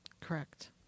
Correct